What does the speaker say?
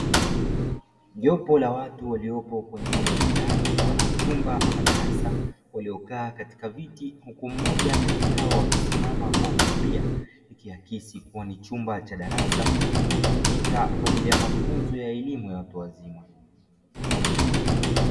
Jopo la watu waliopo kwenye eneo la ndani mfano wa chumba ama darasa, waliokaa katika viti huku mmoja kati yao akisimama kuwahutubia, ikiakisi kuwa ni chumba cha darasa kinachotumika kwa ajili ya mafunzo ya elimu ya watu wazima.